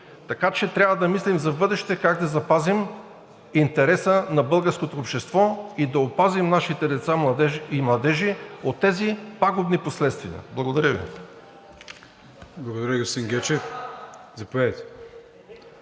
Така че трябва да мислим за в бъдеще как да запазим интереса на българското общество и да опазим нашите деца и младежи от тези пагубни последствия. Благодаря Ви.